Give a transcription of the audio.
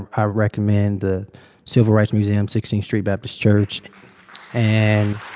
i recommend the civil rights museum, sixteenth street baptist church and,